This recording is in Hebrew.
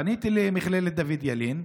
פניתי למכללת דוד ילין,